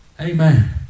Amen